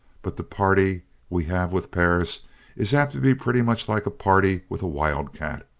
but the party we have with perris is apt to be pretty much like a party with a wild-cat.